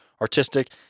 artistic